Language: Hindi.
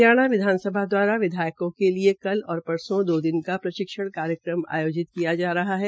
हरियाणा विधानसभा द्वारा विधायकों के लिये कल और परसो दो दिन का प्रशिक्षण कार्यक्रम आयोजित किया जा रहा है